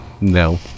No